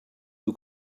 who